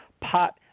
pot